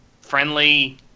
friendly